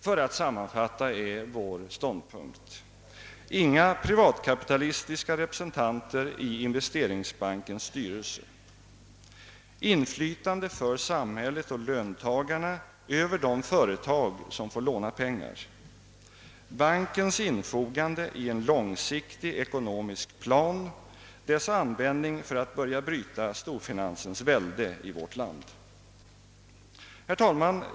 För att sammanfatta är alltså vår ståndpunkt: inga privatkapitalistiska representanter i investeringsbankens styrelse; inflytande för samhället och löntagarna över de företag som får låna pengar; bankens infogande i en långsiktig ekonomisk plan; dess användning för att börja bryta storfinansens välde i vårt land.